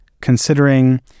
considering